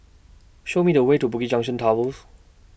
Show Me The Way to Bugis Junction Towers